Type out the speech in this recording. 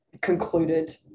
concluded